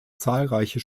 zahlreiche